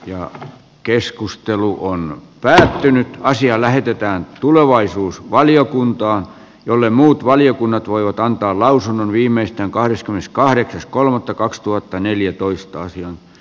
ja keskustelu on pääosin asia lähetetään tulevaisuusvaliokuntaan jolle muut valiokunnat voivat antaa lausunnon viimeistään kahdeskymmeneskahdeksas kolmatta kaksituhattaneljätoista solidaarisuutta